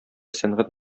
сәнгать